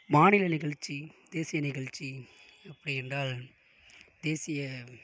மாநில நிகழ்ச்சி தேசிய நிகழ்ச்சி எப்படி என்றால் தேசிய